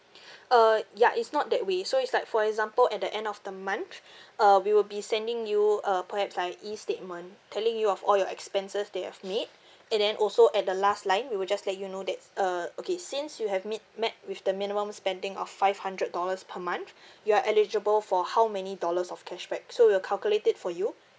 uh ya it's not that way so it's like for example at the end of the month uh we will be sending you uh perhaps like a e statement telling you of all your expenses that you have made and then also at the last line we will just let you know that uh okay since you have meet met with the minimum spending of five hundred dollars per month you are eligible for how many dollars of cashback so we'll calculate it for you